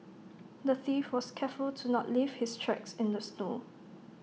the thief was careful to not leave his tracks in the snow